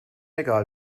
egal